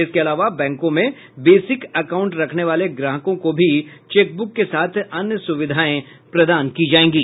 इसके अलावा बैंकों में बेसिक अकाउंट रखने वाले ग्राहकों को भी चेकबुक के साथ अन्य सुविधाएं प्रदान की जाएंगी